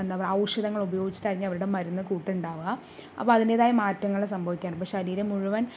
എന്താ പ ഔഷധങ്ങൾ ഉപയോഗിച്ചിട്ടായിരിക്കും അവരുടെ മരുന്ന് കൂട്ട് ഉണ്ടാവുക അപ്പോൾ അതിൻറ്റേതായ മാറ്റങ്ങൾ സംഭവിക്കാൻ ഇപ്പോൾ ശരീരം മുഴുവൻ